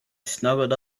snuggled